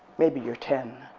maybe you're ten.